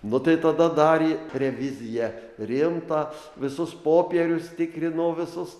nu tai tada darė reviziją rimtą visus popierius tikrino visus